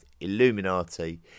illuminati